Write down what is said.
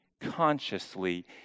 consciously